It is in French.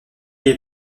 est